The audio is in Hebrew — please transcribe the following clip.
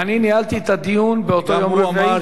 אני ניהלתי את הדיון באותו יום רביעי